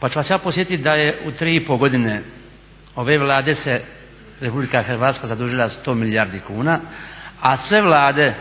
Pa ću vas ja podsjetit da je u 3,5 godine ove Vlade se Republika Hrvatska zadužila 100 milijardi kuna, a sve Vlade